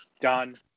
done